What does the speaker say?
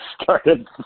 started